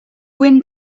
wind